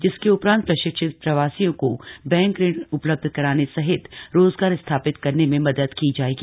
जिसके उपरान्त प्रशिक्षित प्रवासियों को बैंक ऋण उपलब्ध कराने सहित रोजगार स्थापित करने में मदद की जाएगी